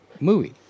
movie